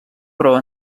però